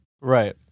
Right